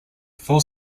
full